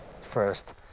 first